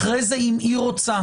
אם היא אומרת